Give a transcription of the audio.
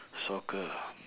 soccer